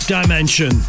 Dimension